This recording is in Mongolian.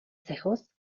сахиус